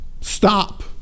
stop